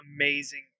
amazing